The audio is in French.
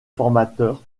formateur